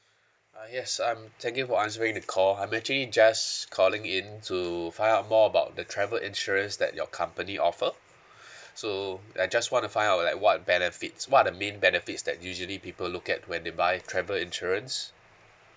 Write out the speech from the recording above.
ah yes I'm thank you for answering the call I'm actually just calling in to find out more about the travel insurance that your company offer so I just want to find out like what benefits what are the main benefits that usually people look at when they buy travel insurance